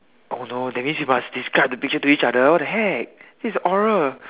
oh no that means we need to describe the picture to each other what the heck this is oral